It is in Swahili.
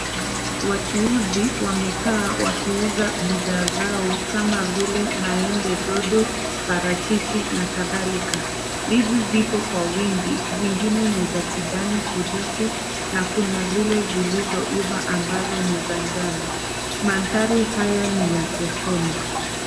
Wachuuzi wamekaa wakiuza bidhaa zao kama vile maembe dodo parachichi na kadhalika. Ndizi zipo kwa wingi zingine ni za kijani kibichi na kuna zile zilizoiva ambazo ni za njano mandhari haya ni ya sokoni.